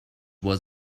was